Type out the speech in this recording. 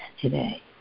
today